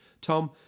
Tom